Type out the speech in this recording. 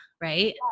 right